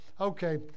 Okay